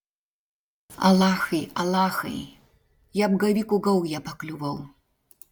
alachai alachai į apgavikų gaują pakliuvau